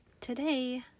Today